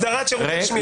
הסדרת שירותי שמירה.